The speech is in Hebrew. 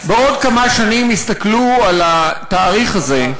בעוד כמה שנים יסתכלו על התאריך הזה,